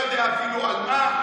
אני לא יודע אפילו על מה.